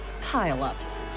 Pile-ups